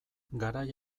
garai